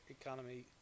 economy